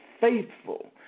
faithful